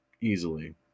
easily